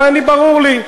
ואני, ברור לי,